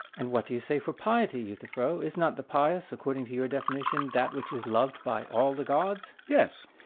and what do you say of piety, euthyphro is not the pious, according to your definition, that which is loved by all the gods? yes.